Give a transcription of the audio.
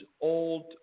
old